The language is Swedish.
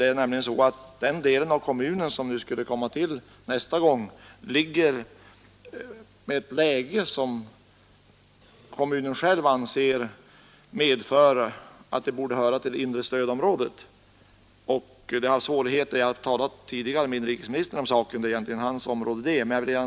Det förhåller sig nämligen så att den del av kommunen som skulle anslutas nästa gång har ett sådant läge, att kommunen själv anser att den borde höra till det inre stödområdet. Jag har talat tidigare med inrikesministern om saken — detta är ju egentligen hans område.